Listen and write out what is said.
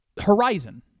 horizon